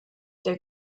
der